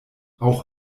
auch